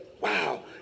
Wow